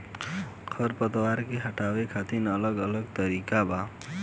खर पतवार के हटावे खातिर अलग अलग तरीका बा